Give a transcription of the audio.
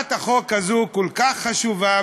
הצעת החוק הזאת כל כך חשובה,